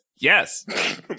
yes